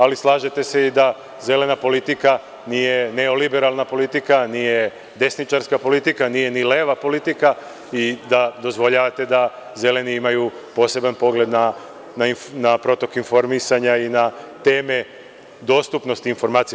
Ali, slažete se i da „zelena politika“ nije neoliberalna politika, nije desničarska politika, nije ni leva politika, i da, dozvoljavate, da „Zeleni“ imaju poseban pogled na protok informisanja i na teme dostupnosti informacija.